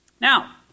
Now